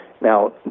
Now